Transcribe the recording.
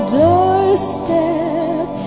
doorstep